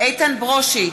איתן ברושי,